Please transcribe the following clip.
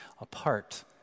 apart